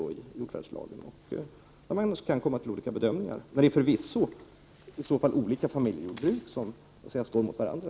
Man kan naturligtvis komma fram till olika bedömningar. Men det är förvisso olika familjejordbruk som står mot varandra.